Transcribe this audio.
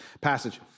passage